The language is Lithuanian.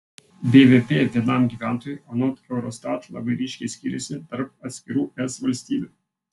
bvp vienam gyventojui anot eurostat labai ryškiai skyrėsi tarp atskirų es valstybių